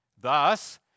Thus